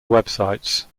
websites